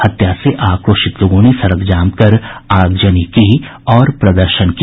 हत्या से आक्रोशित लोगों ने सड़क जाम कर आगजनी की और प्रदर्शन किया